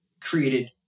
created